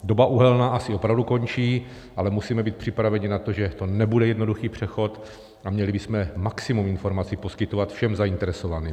Doba uhelná asi opravdu končí, ale musíme být připraveni na to, že to nebude jednoduchý přechod, a měli bychom maximum informací poskytovat všem zainteresovaným.